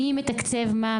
מי מתקצב מה,